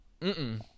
-mm